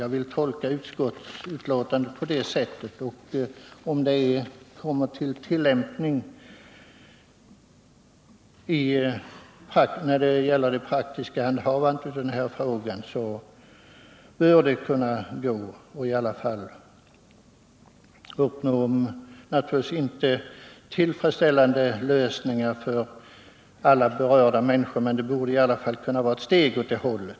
Jag vill tolka utskottets betänkande på det sättet, och om det praktiska handhavandet av frågan sker på det sättet så bör det vara möjligt att åstadkomma lösningar som naturligtvis inte är tillfredsställande för alla berörda människor men som i varje fall kunde innebära ett steg åt det hållet.